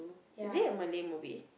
is it a Malay movie